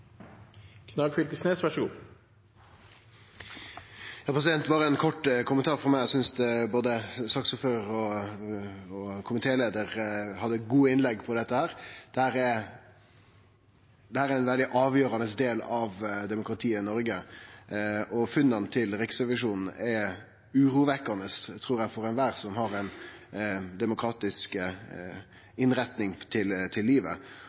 Berre ein kort kommentar frå meg. Eg synest både saksordføraren og komitéleiaren hadde gode innlegg om dette. Dette er ein veldig avgjerande del av demokratiet Noreg, og funna til Riksrevisjonen er urovekkjande, trur eg, for alle som har ei demokratisk innretning til livet.